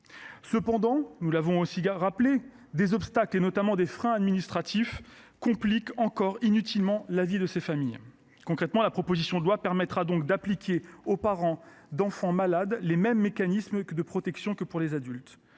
une fois de plus –, des obstacles, notamment des freins administratifs, compliquent encore inutilement la vie de ces familles. Concrètement, cette proposition de loi permettra d’appliquer aux parents d’enfants malades les mêmes mécanismes de protection qu’aux adultes.